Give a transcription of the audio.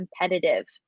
competitive